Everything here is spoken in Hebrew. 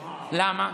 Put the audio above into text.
למה?